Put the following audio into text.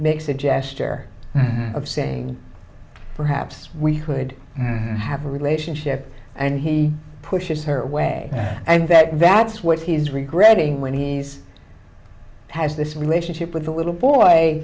makes a gesture of saying perhaps we could have a relationship and he pushes her way and that vats which he is regretting when he's has this relationship with the little boy